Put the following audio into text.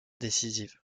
décisive